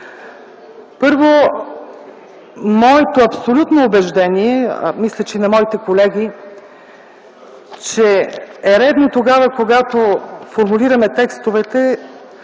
Първо, моето абсолютно убеждение, а мисля, че и на моите колеги е, че е редно тогава, когато формулираме текстовете,